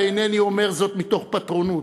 ואינני אומר זאת מתוך פטרונות,